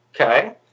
okay